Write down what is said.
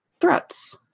threats